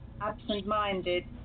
absent-minded